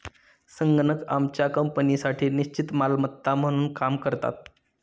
संगणक आमच्या कंपनीसाठी निश्चित मालमत्ता म्हणून काम करतात